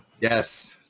Yes